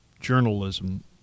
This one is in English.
journalism